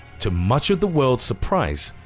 to much of the world's surprise,